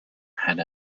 had